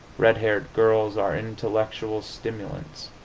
red-haired girls are intellectual stimulants.